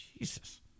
Jesus